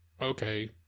okay